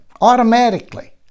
automatically